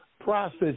process